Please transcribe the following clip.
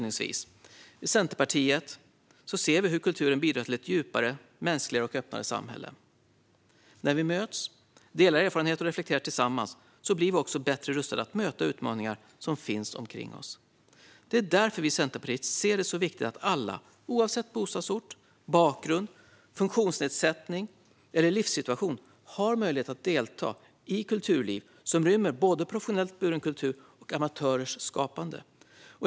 I Centerpartiet ser vi hur kulturen bidrar till ett djupare, mänskligare och öppnare samhälle. När vi möts, delar erfarenheter och reflekterar tillsammans blir vi också bättre rustade att möta utmaningar som finns omkring oss. Det är därför vi i Centerpartiet ser det som så viktigt att alla, oavsett bostadsort, bakgrund, funktionsnedsättning eller livssituation, har möjlighet att delta i kulturliv som rymmer både professionellt buren kultur och amatörers skapande.